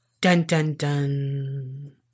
Dun-dun-dun